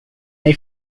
they